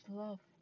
love